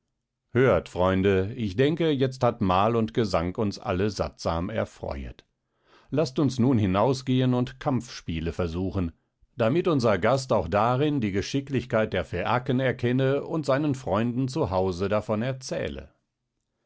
hört freunde ich denke jetzt hat mahl und gesang uns alle sattsam erfreuet laßt uns nun hinaus gehen und kampfspiele versuchen damit unser gast auch darin die geschicklichkeit der phäaken erkenne und seinen freunden zu hause davon erzähle